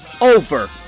over